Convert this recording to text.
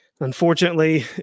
Unfortunately